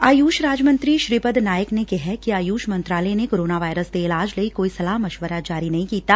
ਆਯੂਸ਼ ਰਾਜ ਮੰਤਰੀ ਸ੍ਰੀਪਦ ਨਾਇਕ ਨੇ ਕਿਹੈ ਕਿ ਆਯੂਸ਼ ਮੰਤਰਾਲੇ ਨੇ ਕੋਰੋਨਾ ਵਾਇਰਸ ਦੇ ਇਲਾਜ ਲਈ ਕੋਈ ਸਲਾਹ ਮਸ਼ਵਰਾ ਜਾਰੀ ਨਹੀਂ ਕੀਤਾ